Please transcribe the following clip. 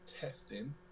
testing